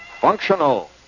Functional